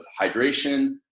hydration